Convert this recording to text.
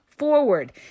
Forward